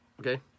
Okay